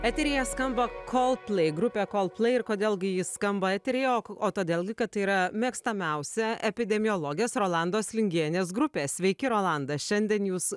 eteryje skamba coldplay grupė coldplay ir kodėl gi ji skamba eteryje o k o todėl kad yra mėgstamiausia epidemiologės rolandos lingienės grupė sveiki rolanda šiandien jūs